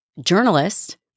journalist